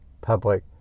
public